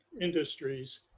industries